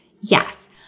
Yes